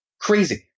crazy